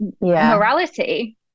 morality